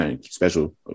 special